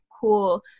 cool